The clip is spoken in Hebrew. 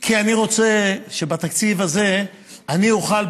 כי אני רוצה שבתקציב הזה אני אוכל,